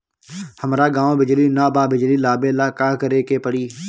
हमरा गॉव बिजली न बा बिजली लाबे ला का करे के पड़ी?